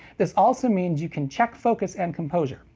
this also means you can check focus and composition.